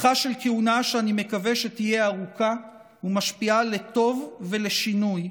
בפתחה של כהונה שאני מקווה שתהיה ארוכה ומשפיעה לטוב ולשינוי,